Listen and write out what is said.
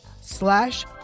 slash